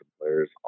players